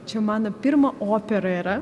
čia mano pirma opera yra